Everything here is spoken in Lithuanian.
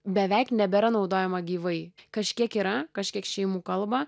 beveik nebėra naudojama gyvai kažkiek yra kažkiek šeimų kalba